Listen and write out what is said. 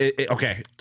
Okay